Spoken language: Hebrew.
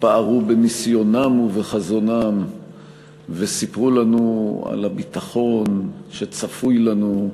התפארו בניסיונם ובחזונם וסיפרו לנו על הביטחון שצפוי לנו,